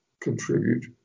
contribute